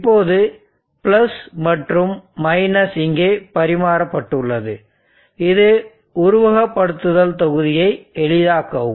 இப்போது மற்றும் இங்கே பரிமாறப்பட்டுள்ளதுஇது உருவகப்படுத்துதல் தொகுதியை எளிதாக்குவதாகும்